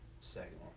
second